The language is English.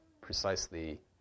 precisely